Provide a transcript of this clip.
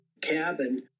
cabin